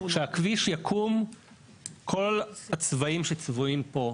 כאשר הכביש יקום כל הצבעים שצבועים פה,